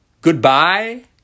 Goodbye